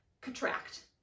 contract